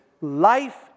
life